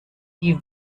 die